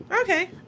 Okay